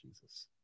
Jesus